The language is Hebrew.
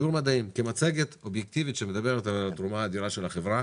כמצגת אובייקטיבית שמדברת על התרומה האדירה של החברה.